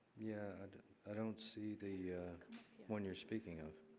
yeah and i don't see the one you are speaking of.